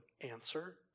answer